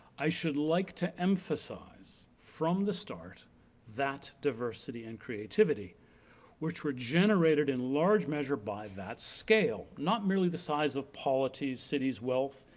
i should like to emphasize from the start that diversity and creativity which were generated in large measure by that scale. not merely the size of polities, cities, wealth,